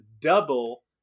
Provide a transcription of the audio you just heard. double